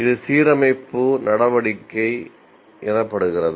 இது சீரமைப்பு என அழைக்கப்படுகிறது